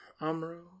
Amro